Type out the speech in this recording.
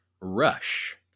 Rush